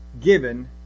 given